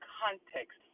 context